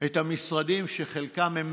את המשרדים שחלקם הם